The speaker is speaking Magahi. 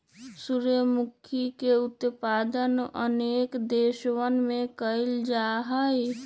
सूर्यमुखी के उत्पादन अनेक देशवन में कइल जाहई